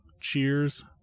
Cheers